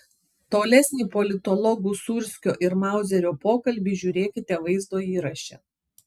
tolesnį politologų sūrskio ir mauzerio pokalbį žiūrėkite vaizdo įraše